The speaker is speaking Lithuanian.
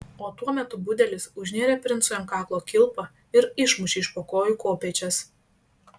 o tuo metu budelis užnėrė princui ant kaklo kilpą ir išmušė iš po kojų kopėčias